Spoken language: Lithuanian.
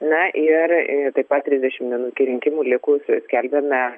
na ir taip pat trisdešim minų iki rinkimų likusius skelbiame